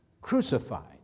crucified